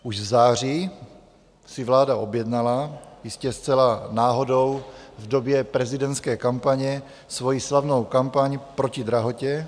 Už v září si vláda objednala, jistě zcela náhodou v době prezidentské kampaně, svoji slavnou kampaň proti drahotě.